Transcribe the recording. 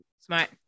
Smart